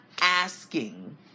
asking